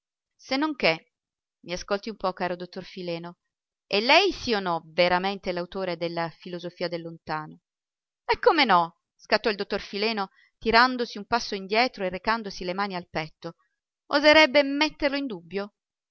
se non che mi ascolti un po caro dottor fileno è lei sì o no veramente l'autore della filosofia del lontano e come no scattò il dottor fileno tirandosi un passo indietro e recandosi le mani al petto oserebbe metterlo in dubbio